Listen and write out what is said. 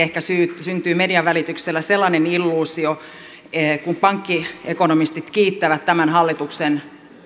ehkä syntyy median välityksellä sellainen illuusio kun pankkiekonomistit kiittävät tämän hallituksen